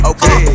Okay